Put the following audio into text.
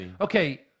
Okay